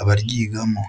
abaryigamo.